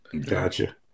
Gotcha